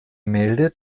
gemälde